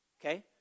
okay